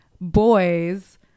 boys